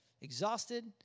exhausted